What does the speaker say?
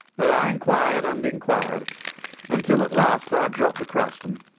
but i inquired and inquired until at last i dropped across them.